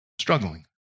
Struggling